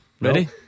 Ready